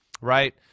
right